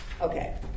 Okay